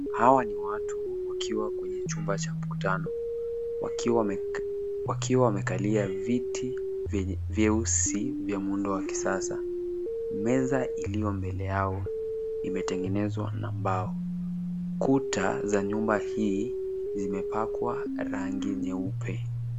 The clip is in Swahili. Hawa ni watu wakiwa kwenye chumba cha mkutano wakiwa wamekalia viti vyeusi vya muundo wa kisasa. Meza iliyo mbele yao imetengenezwa na mbao. Kuta za nyumba hii zimepakwa rangi nyeupe.